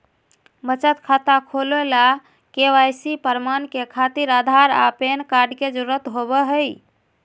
बचत खाता खोले ला के.वाइ.सी प्रमाण के खातिर आधार आ पैन कार्ड के जरुरत होबो हइ